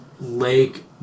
lake